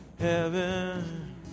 Heaven